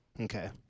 Okay